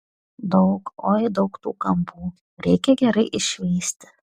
daug oi daug tų kampų reikia gerai iššveisti